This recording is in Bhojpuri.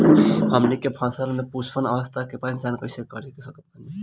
हमनी के फसल में पुष्पन अवस्था के पहचान कइसे कर सकत बानी?